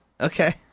Okay